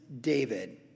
David